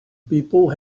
people